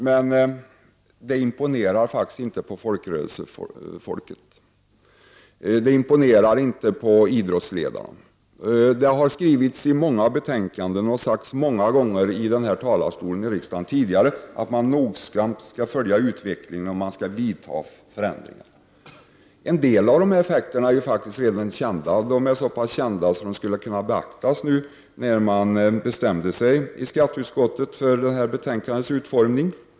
Men det imponerar faktiskt inte på folkrörelsefolket. Det imponerar inte på idrottsledarna. Det har skrivits i många betänkanden och sagts många gånger från kammarens talarstol att man noggrant skall följa utvecklingen och företa förändringar. En del av dessa effekter är ju faktiskt redan så pass kända att de hade kunnat beaktas när skatteutskottet bestämde sig för det här betänkandets utformning.